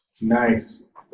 Nice